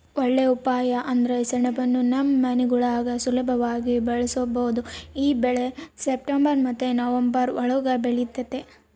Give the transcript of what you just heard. ಒಳ್ಳೇ ಉಪಾಯ ಅಂದ್ರ ಸೆಣಬುನ್ನ ನಮ್ ಮನೆಗುಳಾಗ ಸುಲುಭವಾಗಿ ಬೆಳುಸ್ಬೋದು ಈ ಬೆಳೆ ಸೆಪ್ಟೆಂಬರ್ ಮತ್ತೆ ನವಂಬರ್ ಒಳುಗ ಬೆಳಿತತೆ